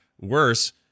worse